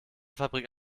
fabrik